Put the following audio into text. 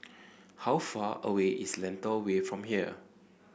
how far away is Lentor Way from here